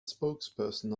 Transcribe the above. spokesperson